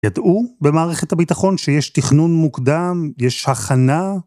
ידעו במערכת הביטחון שיש תכנון מוקדם, יש הכנה?